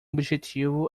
objetivo